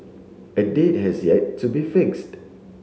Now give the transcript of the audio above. a date has yet to be fixed